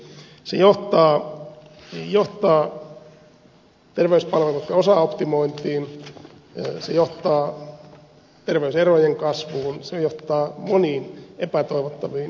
se johtaa terveyspalveluitten osaoptimointiin se johtaa terveyserojen kasvuun se johtaa moniin epätoivottaviin ilmiöihin